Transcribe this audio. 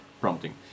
prompting